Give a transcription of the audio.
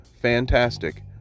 fantastic